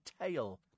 tail